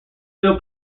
still